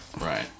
Right